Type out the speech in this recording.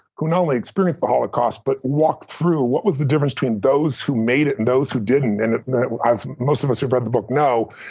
who not only experienced the holocaust, but walked through what was the difference between those who made it and those who didn't and as most of us who've read the book know,